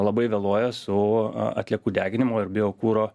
labai vėluoja su atliekų deginimo ir biokuro